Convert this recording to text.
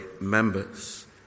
members